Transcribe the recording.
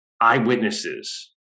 eyewitnesses